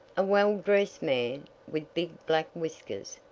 a well-dressed man, with big black whiskers,